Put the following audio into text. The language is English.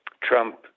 Trump